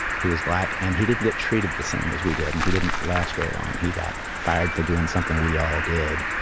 he was black and he didn't get treated the same as we did. and he didn't last very long. he got fired for doing something we all did,